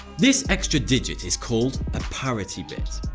this extra digit is called a parity bit.